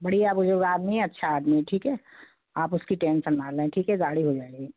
बढ़िया बुज़ुर्ग आदमी है अच्छा आदमी है ठीक है आप उसकी टेंसन ना लें ठीक है गाड़ी हो जाएगी